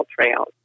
trails